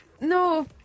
no